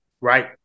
right